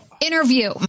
interview